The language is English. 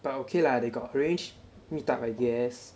but okay lah they got arrange meet up I guess